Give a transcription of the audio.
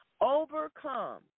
overcome